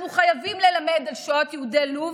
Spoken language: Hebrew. אנחנו חייבים ללמד על שואת יהודי לוב,